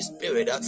Spirit